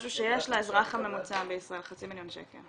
משהו שיש לאזרח הממוצע בישראל, חצי מיליון שקל.